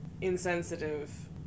insensitive